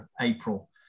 April